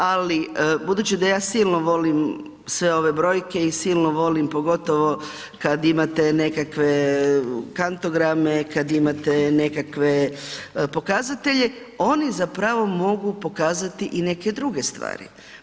Ali budući da ja silno volim sve ove brojke i silno volim pogotovo kad imate nekakve kantograme, kad imate nekakve pokazatelje, oni zapravo mogu pokazati i neke druge stvari.